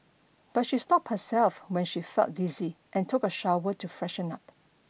but she stopped herself when she felt dizzy and took a shower to freshen up